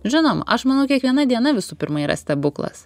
žinoma aš manau kiekviena diena visų pirma yra stebuklas